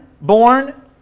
born